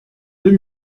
deux